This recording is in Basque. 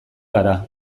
gara